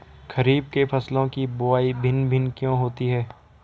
खरीफ के फसलों की बुवाई भिन्न भिन्न क्यों होती है?